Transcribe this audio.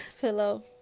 pillow